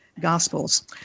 Gospels